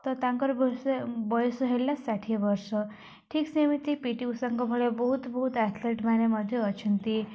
ତ ତାଙ୍କର ବୟସ ବୟସ ହେଲା ଷାଠିଏ ବର୍ଷ ଠିକ୍ ସେମିତି ପି ଟି ଉଷାଙ୍କ ଭଳି ବହୁତ ବହୁତ ଆଥଲେଟ୍ମାନେ ମଧ୍ୟ ଅଛନ୍ତି